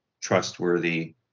trustworthy